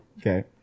okay